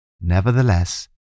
Nevertheless